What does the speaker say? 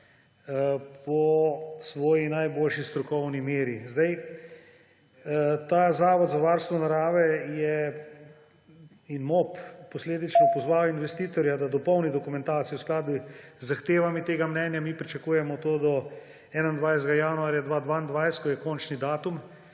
po svoji najboljši strokovni meri. Zavod za varstvo narave in MOP je posledično pozval investitorja, da dopolni dokumentacijo v skladu z zahtevami tega mnenja, kar mi pričakujemo do 21. januarja 2022, ko je končni datum.